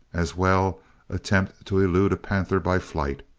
as well attempt to elude a panther by flight!